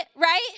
Right